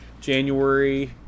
January